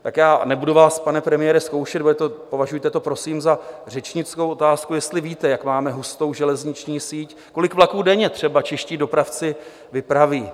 Já vás nebudu, pane premiére, zkoušet, považujte to prosím za řečnickou otázku, jestli víte, jak máme hustou železniční síť, kolik vlaků denně třeba čeští dopravci vypraví?